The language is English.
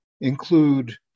include